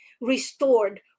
restored